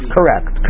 Correct